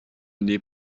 n’ai